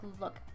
look